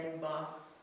box